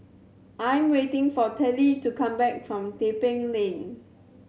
I am waiting for Tillie to come back from Tebing Lane